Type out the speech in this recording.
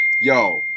Yo